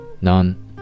None